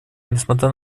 несмотря